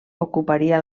ocuparia